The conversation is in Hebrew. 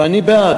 ואני בעד.